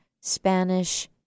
Spanish